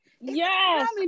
Yes